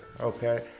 okay